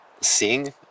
seeing